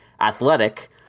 athletic